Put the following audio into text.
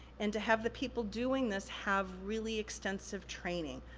and to have the people doing this have really extensive training.